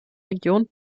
region